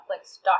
Netflix